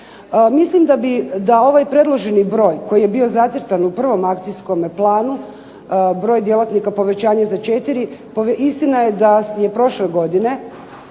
Mislim da ovaj predloženi broj koji je bio zacrtan u prvom akcijskom planu, broj djelatnika povećanje za 4, istina je da je prošle godine